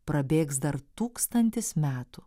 prabėgs dar tūkstantis metų